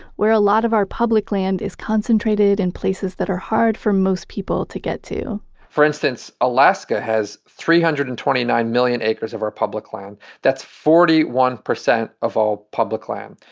where a lot of our public land is concentrated in places that are hard for most people to get to for instance, alaska has three hundred and twenty nine million acres of public land that's forty one percent of all public land.